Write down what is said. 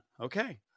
Okay